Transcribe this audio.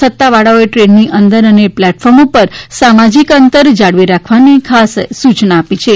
સત્તાવાળાઓએ ટ્રેનની અંદર અને પ્લેટફોર્મ ઉપર સામાજીક અંતર જાળવી રાખવાની ખાસ સૂચના આપી છે